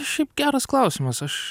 šiaip geras klausimas aš